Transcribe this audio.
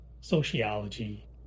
sociology